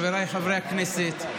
חבריי חברי הכנסת,